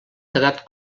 quedat